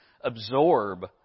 absorb